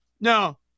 No